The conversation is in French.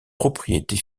propriétés